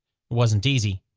wasn't easy.